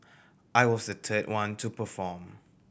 I was the third one to perform